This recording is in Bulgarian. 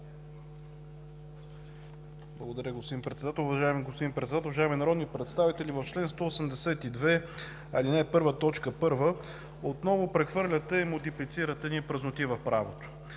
Благодаря, господин Председател. Уважаеми господин Председател, уважаеми народни представители! В чл. 182, ал. 1, т. 1 отново прехвърляте и модифицирате едни празноти в правото,